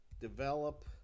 develop